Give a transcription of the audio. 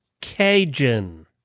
Cajun